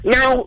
Now